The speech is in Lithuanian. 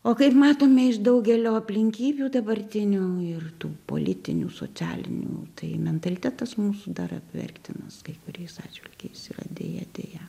o kaip matome iš daugelio aplinkybių dabartinių ir tų politinių socialinių tai mentalitetas mūsų dar apverktinas kai kuriais atžvilgiais yra deja deja